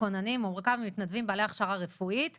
כוננים המורכב ממתנדבים בעלי הכשרה רפואית שונה,